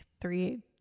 three